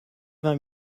vingt